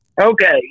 Okay